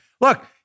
look